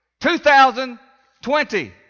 2020